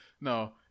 No